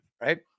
right